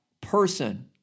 person